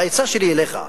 העצה שלי לך,